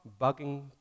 bugging